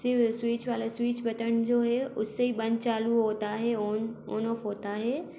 सिव switch वाला switch button जो है उससे ही बंद चालू होता है ऑन ऑन ऑफ़ होता है